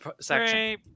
section